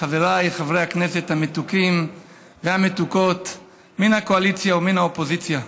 חבריי חברי הכנסת המתוקים והמתוקות מן הקואליציה ומן האופוזיציה,